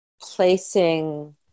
placing